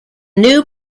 new